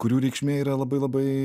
kurių reikšmė yra labai labai